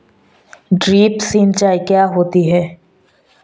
Drip सिंचाई क्या होती हैं?